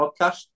podcast